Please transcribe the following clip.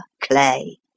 clay